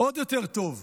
עוד יותר טוב.